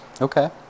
okay